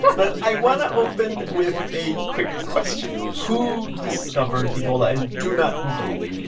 but i want to open with a quick question. who discovered ebola? and do not google it